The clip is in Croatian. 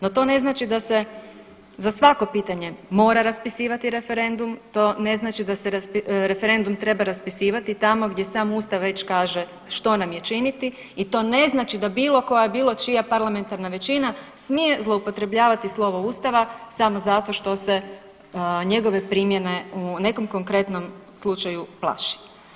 No to ne znači da se za svako pitanje mora raspisivati referendum, to ne znači da se referendum treba raspisivati tamo gdje sam Ustav već kaže što nam je činiti i to ne znači da bilo koja, bilo čija parlamentarna većina smije zloupotrebljavati slovo Ustava samo zato što se njegove primjene u nekom konkretnom slučaju plaši.